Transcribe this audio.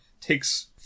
takes